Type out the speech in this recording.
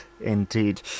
indeed